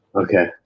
Okay